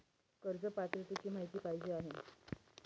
कर्ज पात्रतेची माहिती पाहिजे आहे?